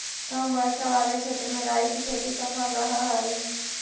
कम वर्षा वाले क्षेत्र में राई की खेती सफल रहअ हई